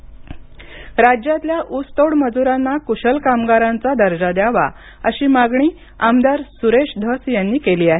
ऊसतोड मजूर राज्यातल्या ऊसतोड मजुरांना कुशल कामगारांचा दर्जा द्यावा अशी मागणी आमदार सुरेस धस यांनी केली आहे